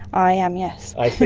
i am, yes. i see,